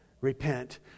repent